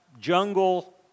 jungle